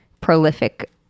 prolific